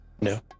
No